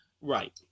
Right